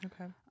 okay